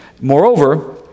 Moreover